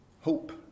Hope